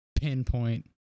pinpoint